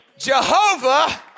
Jehovah